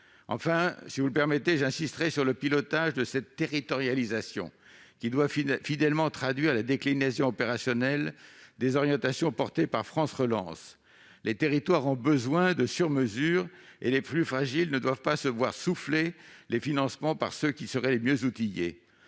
France Urbaine. Permettez-moi d'insister sur le pilotage de cette territorialisation, qui doit fidèlement traduire la déclinaison opérationnelle des orientations portées par France Relance. Les territoires ont besoin de « sur mesure » et les plus fragiles ne doivent pas se voir souffler les financements par ceux qui seraient mieux outillés.